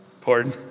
Pardon